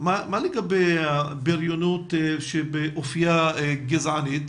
מה לגבי הבריונות שבאופייה היא גזענית,